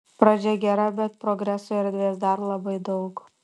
pradžia gera bet progresui erdvės dar labai daug